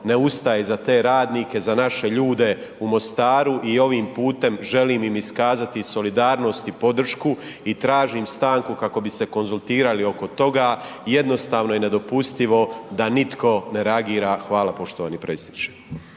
ne ustaje za te radnike, za naše ljude u Mostaru i ovim putem želim im iskazati solidarnost i podršku i tražim stanku kako bi konzultirali oko toga. Jednostavno je nedopustivo da nitko ne reagira. Hvala poštovani predsjedniče.